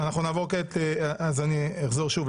אז אני אחזור שוב,